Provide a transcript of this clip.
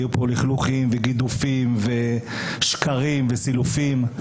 יהיו פה לכלוכים וגידופים ושקרים וסילופים.